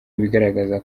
ibigaragaza